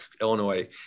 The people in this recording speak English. Illinois